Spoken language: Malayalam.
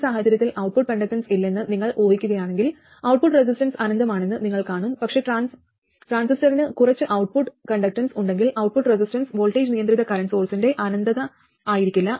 ഈ സാഹചര്യത്തിൽ ഔട്ട്പുട്ട് കണ്ടക്ടൻസ് ഇല്ലെന്ന് നിങ്ങൾ ഊഹിക്കുകയാണെങ്കിൽ ഔട്ട്പുട്ട് റെസിസ്റ്റൻസ് അനന്തമാണെന്ന് നിങ്ങൾ കാണും പക്ഷേ ട്രാൻസിസ്റ്ററിന് കുറച്ച് ഔട്ട്പുട്ട് കണ്ടക്ടൻസ് ഉണ്ടെങ്കിൽ ഔട്ട്പുട്ട് റെസിസ്റ്റൻസ് വോൾട്ടേജ് നിയന്ത്രിത കറന്റ് സോഴ്സ്ന്റെ അനന്തതയായിരിക്കില്ല